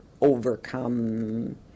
overcome